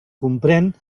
comprén